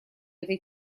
этой